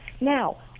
now